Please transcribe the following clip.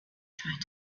tried